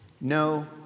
No